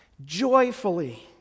joyfully